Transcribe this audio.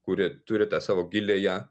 kuri turi tą savo giliąją